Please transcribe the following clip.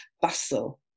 bustle